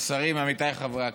השרים, עמיתיי חברי הכנסת,